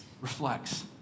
reflects